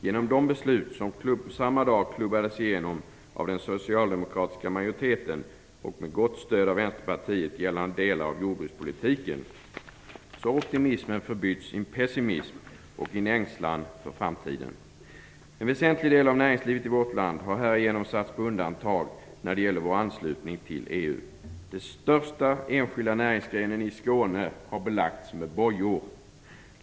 Genom de beslut som den socialdemokratiska majoriteten med gott stöd av Vänsterpartiet samma dag klubbade igenom om delar av jordbrukspolitiken har optimismen förbytts i pessimism och ängslan för framtiden. En väsentlig del av näringslivet i vårt land har härigenom satts på undantag när det gäller vår anslutning till EU. Den största enskilda näringsgrenen i Skåne har belagts med bojor.